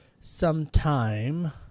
sometime